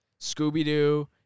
Scooby-Doo